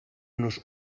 nos